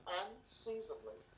unseasonably